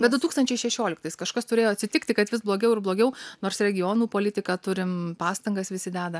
bet du tūkstančiai šešioliktais kažkas turėjo atsitikti kad vis blogiau ir blogiau nors regionų politiką turim pastangas visi deda